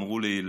אמרו לי,